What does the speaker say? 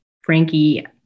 Frankie